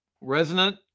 Resonant